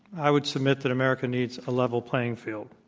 i would submit that america needs a level playing field.